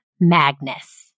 Magnus